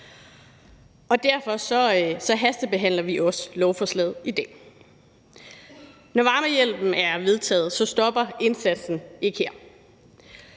Og derfor hastebehandler vi også lovforslaget i dag. Når varmehjælpen er vedtaget, stopper indsatsen ikke her.